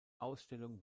ausstellung